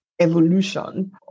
evolution